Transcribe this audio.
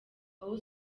aho